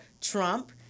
Trump